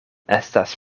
estas